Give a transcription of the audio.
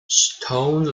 stone